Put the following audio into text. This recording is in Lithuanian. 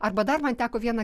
arba dar man teko vieną